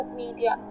media